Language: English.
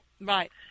Right